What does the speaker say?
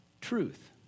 truth